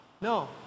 No